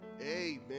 Amen